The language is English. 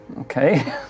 Okay